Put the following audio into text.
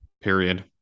period